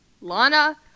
Lana